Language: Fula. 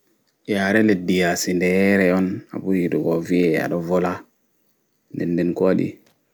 Yaare leɗɗi yaasi nɗe yere on aɓuri yiɗugo aɗo wolwa nɗen nɗe ko waɗi